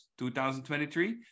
2023